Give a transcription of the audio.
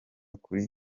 kuri